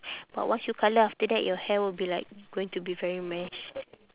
but once you colour after that your hair will be like going to be very mess